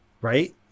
Right